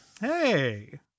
hey